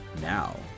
now